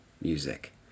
Music